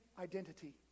identity